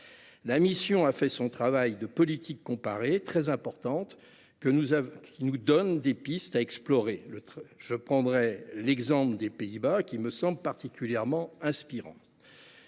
La délégation a effectué un travail de politique comparée très important, qui nous donne des pistes à explorer. À cet égard, l’exemple des Pays Bas me semble particulièrement inspirant.